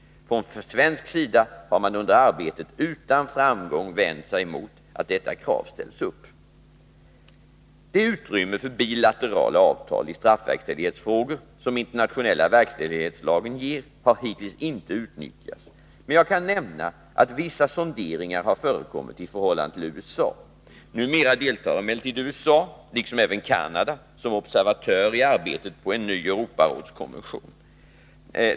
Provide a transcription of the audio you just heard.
Från svensk sida har man under arbetet utan framgång vänt sig mot att detta krav ställs upp. Det utrymme för bilaterala avtal i straffverkställighetsfrågor som internationella verkställighetslagen ger har hittills inte utnyttjats, men jag kan nämna att vissa sonderingar har förekommit i förhållande till USA. Numera deltar emellertid USA, liksom även Canada, som observatör i arbetet på en ny Europarådskonvention.